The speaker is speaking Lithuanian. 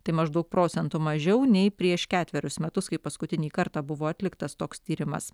tai maždaug procentu mažiau nei prieš ketverius metus kai paskutinį kartą buvo atliktas toks tyrimas